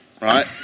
right